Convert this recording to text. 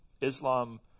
Islam